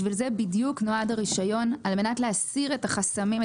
לשם כך בדיוק נועד הרישיון על מנת להסיר את החסמים,